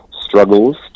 struggles